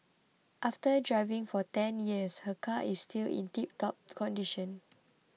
after driving for ten years her car is still in tiptop condition